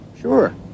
Sure